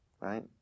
right